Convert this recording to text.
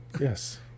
Yes